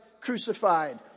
crucified